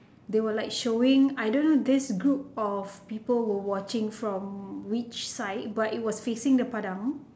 they where like showing I don't know this group of people were watching from which side but it was facing the Padang